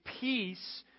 peace